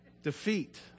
defeat